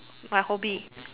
my hobby